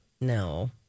No